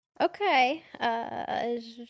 Okay